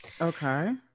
okay